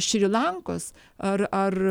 šri lankos ar ar